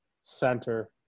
center